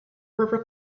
river